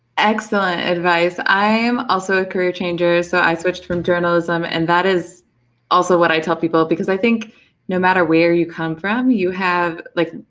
excellent advice. i'm also a career-changer, so i i switched from journalism, and that is also what i tell people, because i think no matter where you come from, you have like,